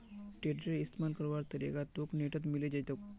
टेडरेर इस्तमाल करवार तरीका तोक नेटत मिले जई तोक